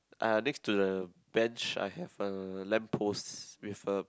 uh next to the bench I have a lamp post with a